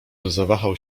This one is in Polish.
zawahał